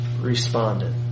responded